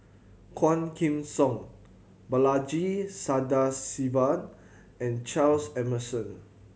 Quah Kim Song Balaji Sadasivan and Charles Emmerson